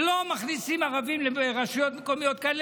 ולא מכניסים ערבים לרשויות מקומיות כאלה,